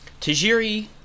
Tajiri